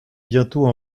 bientôt